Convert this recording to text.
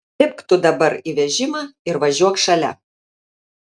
lipk tu dabar į vežimą ir važiuok šalia